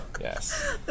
Yes